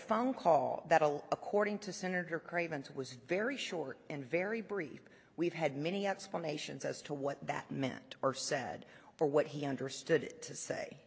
phone call that will according to senator craig was very short and very brief we've had many explanations as to what that meant or said or what he understood to